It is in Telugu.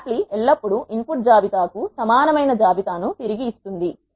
లాప్లీ ఎల్లప్పుడూ ఇన్ పుట్ జాబితా కు సమానమైన జాబితా ను తిరిగి ఇస్తుంది